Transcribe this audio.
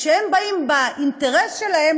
וכשהם באים באינטרס שלהם,